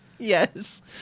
Yes